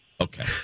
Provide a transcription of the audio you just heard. Okay